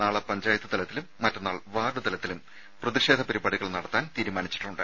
നാളെ പഞ്ചായത്ത്തലത്തിലും മറ്റന്നാൾ വാർഡ് തലത്തിലും പ്രതിഷേധ പരിപാടികൾ നടത്താൻ തീരുമാനിച്ചിട്ടുണ്ട്